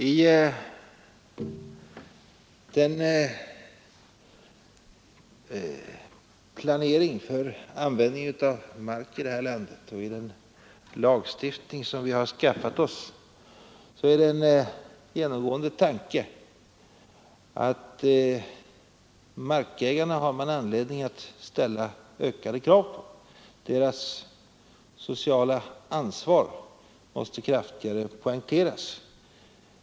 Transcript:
I den planering för användningen för marken här i landet och i den lagstiftning som vi har genomfört är det en genomgående tanke att markägarna har man anledning att ställa ökade krav på. Deras sociala ansvar måste kraftigare poängteras.